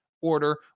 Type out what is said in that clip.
order